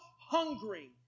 hungry